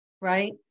right